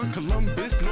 Columbus